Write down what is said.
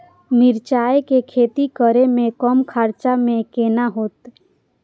मिरचाय के खेती करे में कम खर्चा में केना होते?